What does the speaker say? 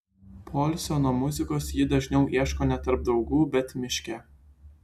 poilsio nuo muzikos ji dažniau ieško ne tarp draugų bet miške